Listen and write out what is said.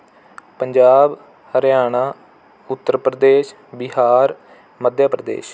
Punjab Haryana Uttar Pradesh Bihar Madhya Pradesh